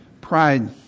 pride